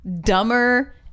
dumber